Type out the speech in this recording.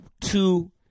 two